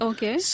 Okay